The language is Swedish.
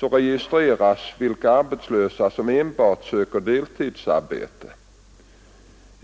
registreras vilka arbetslösa som enbart söker deltidsarbete.